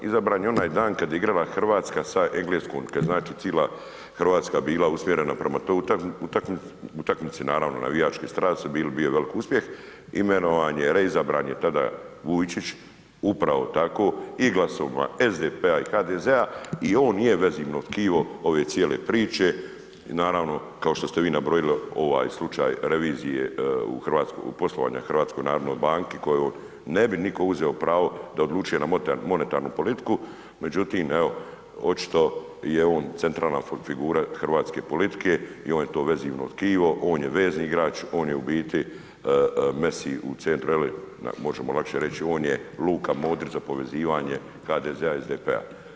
Izabran je onaj dan kad je igrala Hrvatska sa Engleskom, kad je cijela Hrvatska bila usmjerena prema toj utakmici, naravno, navijačke strasti su bile, bio je veliki uspjeh, imenovan je, reizabran je tada Vujčić, upravo tako i glasovima SDP-a i HDZ-a i on i je vezivno tkivo ove cijele priče i naravno kao što ste vi nabrojali, ovaj slučaj revizije u poslovanje HNB-a za koju ne bi nitko uzeo pravo da odlučuje na monetarnu politiku međutim evo, očito je on centralna figura hrvatske politike i on je to vezivno tkivo, on je vezni igrač, on je u biti Messi u centru, možemo lakše reći, on je Luka Modrić za povezivanje HDZ-a i SDP-a.